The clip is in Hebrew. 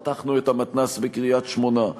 פתחנו את המתנ"ס בקריית-שמונה.